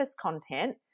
content